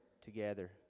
together